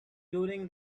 during